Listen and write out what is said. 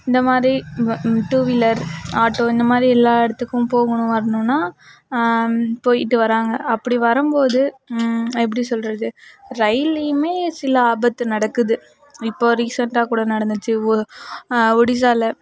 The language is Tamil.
இந்தமாதிரி டூவீலர் ஆட்டோ இந்தமாதிரி எல்லா இடத்துக்கும் போகணும் வரணுன்னா போயிவிட்டு வராங்க அப்படி வரம்போது எப்படி சொல்கிறது ரயில்லையுமே சில ஆபத்து நடக்குது இப்போ ரீசன்ட்டாக கூட நடந்துச்சு ஒடிசாவில